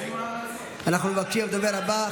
אנחנו ניגשים לדובר הבא.